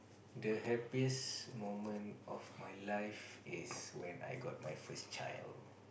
the happiest moment of my life is when I got my first child